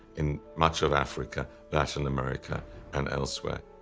in much of africa, latin america and elsewhere.